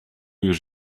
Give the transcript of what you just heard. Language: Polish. już